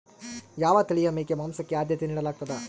ಯಾವ ತಳಿಯ ಮೇಕೆ ಮಾಂಸಕ್ಕೆ, ಆದ್ಯತೆ ನೇಡಲಾಗ್ತದ?